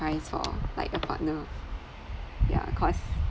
for like a partner yeah cause